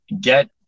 get